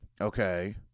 okay